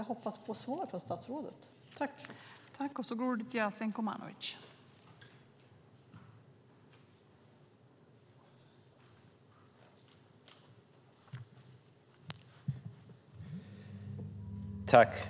Jag hoppas på att få svar från statsrådet.